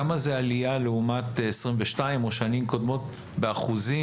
כמה זה עלייה לעומת 2022 או שנים קודמות באחוזים?